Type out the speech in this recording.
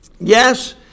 yes